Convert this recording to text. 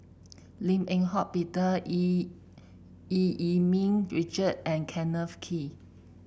Lim Eng Hock Peter Eu Yee Yee Ming Richard and Kenneth Kee